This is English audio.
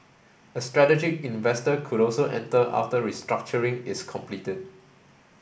a strategic investor could also enter after restructuring is completed